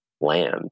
land